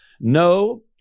No